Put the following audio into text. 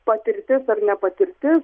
patirtis ar nepatirtis